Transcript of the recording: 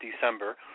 December